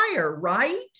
right